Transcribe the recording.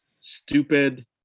stupid